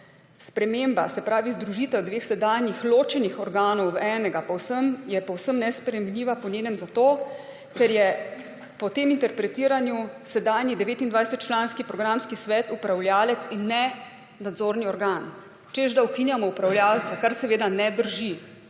sprememba, se pravi združitev dveh sedanjih ločenih organov v enega je povsem nesprejemljiva po njenem zato, ker je po tem interpretiranju sedanji 29-članski programski svet upravljavec in ne nadzorni organ, češ, da ukinjamo upravljavca. Kar seveda ne drži.